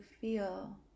feel